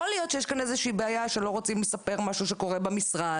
יכול להיות שיש כאן איזושהי בעיה שלא רוצים לספר על משהו שקורה במשרד,